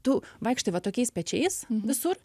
tu vaikštai va tokiais pečiais visur